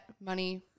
money